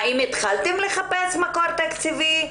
האם התחלתם לחפש מקור תקציבי?